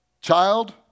child